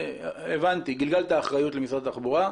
הבנתי, גלגלת אחריות למשרד התחבורה.